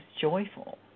joyful